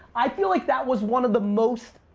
i feel like that was one of the most,